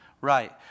Right